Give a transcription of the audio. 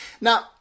Now